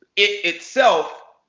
it itself,